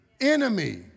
enemy